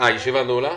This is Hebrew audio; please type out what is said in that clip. הישיבה נעולה.